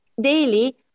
daily